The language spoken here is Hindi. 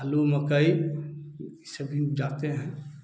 आलू मकई ई सभी जाते हैं